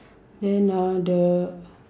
then uh the